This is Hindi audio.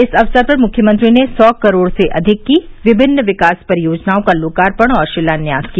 इस अवसर पर मुख्यमंत्री ने सौ करोड़ से अधिक की विभिन्न विकास परियोजनाओं का लोकार्पण और शिलान्यास किया